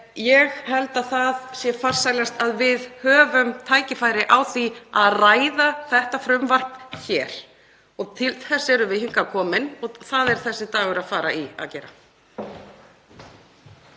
ég held að það sé farsælast að við höfum tækifæri á því að ræða þetta frumvarp og til þess erum við hingað komin og þessi dagur fer í að gera